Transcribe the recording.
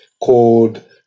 called